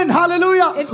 hallelujah